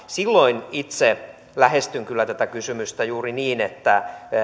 silloin itse lähestyn kyllä tätä kysymystä juuri niin että